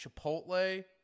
Chipotle